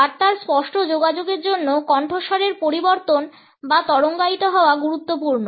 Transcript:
বার্তার স্পষ্ট যোগাযোগের জন্য কণ্ঠস্বরের পরিবর্তন বা তরঙ্গায়িত হওয়া গুরুত্বপূর্ণ